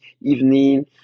evening